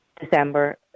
December